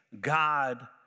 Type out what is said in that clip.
God